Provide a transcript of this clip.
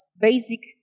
basic